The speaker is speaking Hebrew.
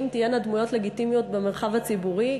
תהיינה דמויות לגיטימיות במרחב הציבורי,